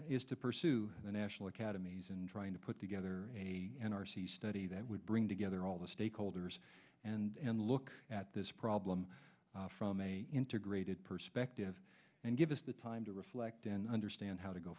is to pursue the national academies and trying to put together a n r c study that would bring together all the stakeholders and look at this problem from a integrated perspective and give us the time to reflect and understand how to go